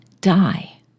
die